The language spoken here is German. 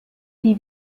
die